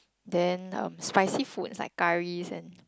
then um spicy food is like curry and